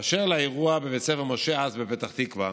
באשר לאירוע בבית ספר משה הס בפתח תקווה: